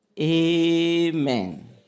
Amen